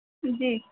جی